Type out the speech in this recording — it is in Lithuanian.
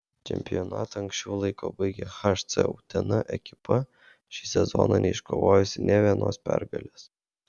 čempionatą anksčiau laiko baigė hc utena ekipa šį sezoną neiškovojusi nė vienos pergalės